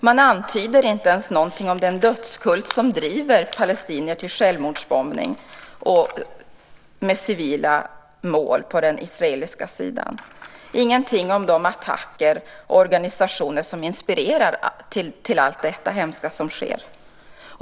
Man antyder inte ens något om den dödskult som driver palestinier till självmordsbombning med civila mål på den israeliska sidan och ingenting om attackerna och de organisationer som inspirerar till allt det hemska som sker.